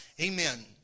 Amen